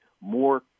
more